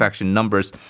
Numbers